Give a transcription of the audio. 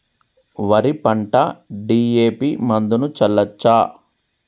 వరి పంట డి.ఎ.పి మందును చల్లచ్చా?